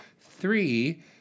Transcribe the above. three